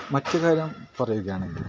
മറ്റു കാര്യം പറയുകയാണെങ്കിൽ